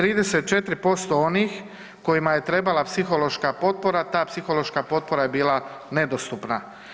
34% onih kojima je trebala psihološka potpora, ta psihološka potpora je bila nedostupna.